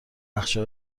نقشه